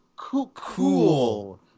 Cool